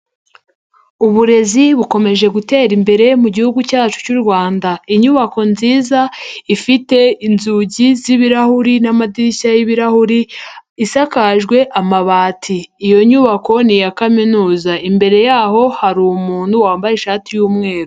Uburezi bukomeje gutera imbere mu gihugu cyacu cy'u Rwanda. Inyubako nziza ifite inzugi z'ibirahuri n'amadirishya y'ibirahuri, isakajwe amabati. Iyo nyubako ni iya kaminuza. Imbere yaho hari umuntu wambaye ishati y'umweru.